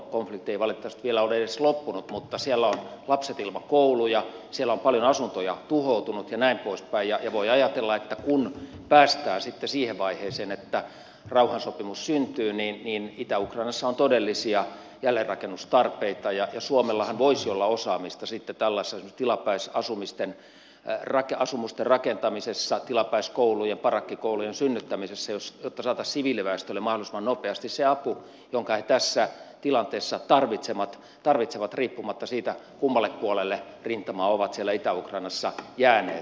konflikti ei valitettavasti vielä ole edes loppunut mutta siellä ovat lapset ilman kouluja siellä on paljon asuntoja tuhoutunut ja näin poispäin ja voi ajatella että kun päästään sitten siihen vaiheeseen että rauhansopimus syntyy niin itä ukrainassa on todellisia jälleenrakennustarpeita ja suomellahan voisi olla osaamista sitten tällaisessa tilapäisasumusten rakentamisessa tilapäiskoulujen parakkikoulujen synnyttämisessä jotta saataisiin siviiliväestölle mahdollisimman nopeasti se apu jonka he tässä tilanteessa tarvitsevat riippumatta siitä kummalle puolelle rintamaa ovat siellä itä ukrainassa jääneet